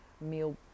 meal